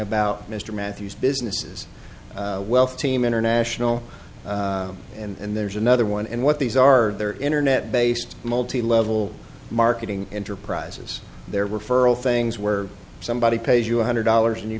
about mr matthews businesses wealth team international and there's another one and what these are they're internet based multilevel marketing enterprises their referral things where somebody pays you one hundred dollars and you